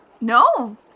No